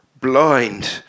blind